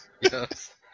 Yes